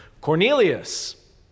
Cornelius